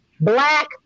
black